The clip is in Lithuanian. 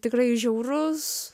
tikrai žiaurus